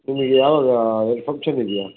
ನಿಮಗೆ ಯಾವಾಗ ಏನು ಫಂಕ್ಷನ್ ಇದೆಯಾ